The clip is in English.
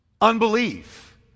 Unbelief